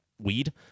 weed